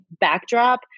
backdrop